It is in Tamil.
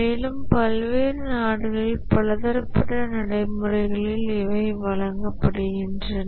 மேலும் பல்வேறு நாடுகளில் பலதரப்பட்ட நடைமுறைகளில் இவை வழங்கப்படுகின்றன